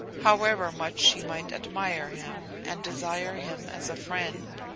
however much she might admire him and desire him as a friend.